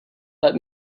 let